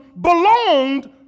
belonged